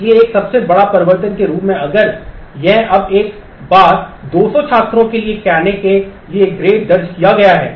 इसलिए एक सबसे बड़ा परिवर्तन के रूप में अगर यह अब एक बार 200 छात्रों के लिए कहने के लिए ग्रेड दर्ज किया गया है